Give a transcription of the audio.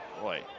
Boy